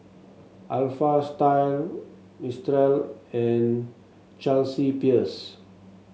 Alpha Style Mistral and Chelsea Peers